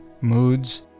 moods